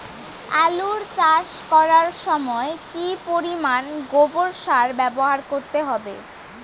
আলু চাষ করার সময় কি পরিমাণ গোবর সার ব্যবহার করতে হবে?